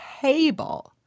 table